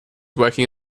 working